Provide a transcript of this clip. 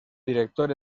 director